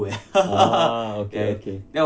ah okay okay